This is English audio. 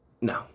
No